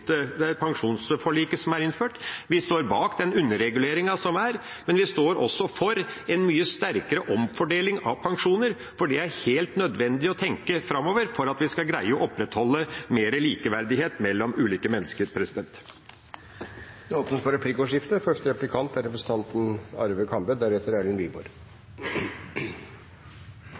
pensjonsforliket som er innført, vi står bak den underreguleringen som er, men vi står også for en mye sterkere omfordeling av pensjoner, for det er helt nødvendig å tenke framover for at vi skal greie å opprettholde mer likeverdighet mellom ulike mennesker. Det blir replikkordskifte. Jeg er enig med representanten